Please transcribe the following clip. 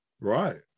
Right